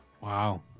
Wow